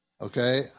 Okay